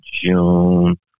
June